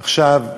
עכשיו,